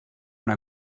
una